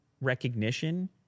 recognition